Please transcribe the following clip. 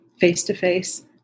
face-to-face